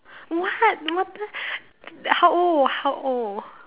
what what the how old how old